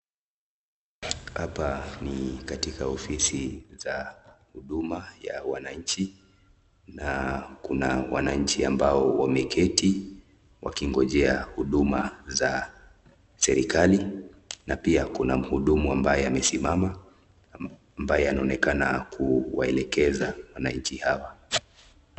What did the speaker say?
Hapa ni katika ofisi za huduma za wananchi na kuna wananchi ambao wameketi wakingojea huduma za serekali na pia kuna mhudumu ambaye amesimama ambaye anaonekana kuwaelekeza wananchi hawa.